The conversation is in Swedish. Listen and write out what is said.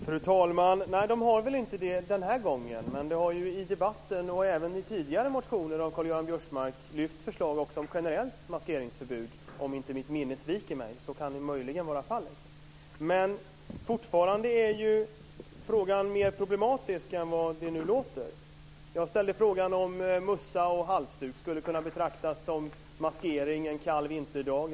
Fru talman! Nej, de har väl inte det den här gången. Men om inte mitt minne sviker mig har det ju i debatten och även i tidigare motioner av Karl-Göran Biörsmark väckts förslag också om generellt maskeringsförbud. Fortfarande är frågan mer problematisk än vad det nu låter. Jag ställde frågan om mössa och halsduk skulle kunna betraktas som maskering en kall vinterdag.